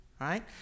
right